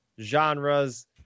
genres